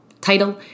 Title